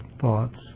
thoughts